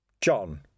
John